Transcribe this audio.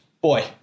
boy